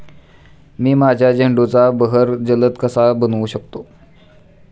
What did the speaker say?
मी माझ्या झेंडूचा बहर जलद कसा बनवू शकतो?